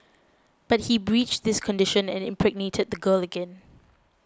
but he breached this condition and impregnated the girl again